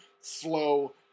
slow